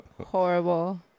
horrible